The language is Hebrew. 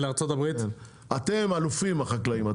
אתם אלופים, החקלאים.